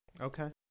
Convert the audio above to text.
Okay